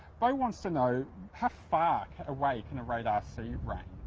beau wants to know how far away can a radar see rain?